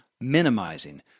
minimizing